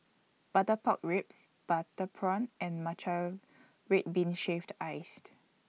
Butter Pork Ribs Butter Prawn and Matcha Red Bean Shaved Iced